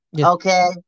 Okay